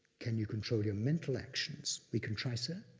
can you control your mental actions? we can try, sir.